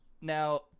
Now